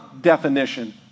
definition